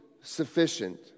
sufficient